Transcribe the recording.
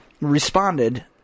responded